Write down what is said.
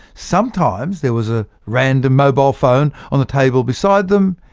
sometimes there was a random mobile phone on the table beside them,